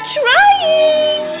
trying